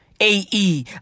AE